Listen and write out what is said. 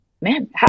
man